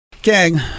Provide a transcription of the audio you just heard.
Gang